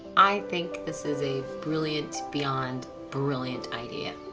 i think this is a brilliant beyond brilliant idea.